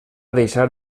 deixar